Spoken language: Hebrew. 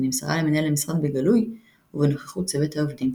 ונמסרה למנהל המשרד בגלוי ובנוכחות צוות העובדים.